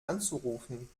anzurufen